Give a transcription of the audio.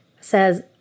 says